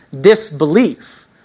disbelief